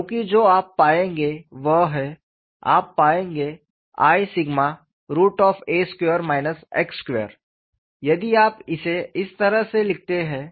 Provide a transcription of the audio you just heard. क्योंकि जो आप पाएंगे वह है आप पाएंगे i यदि आप इसे इस तरह से लिखते हैं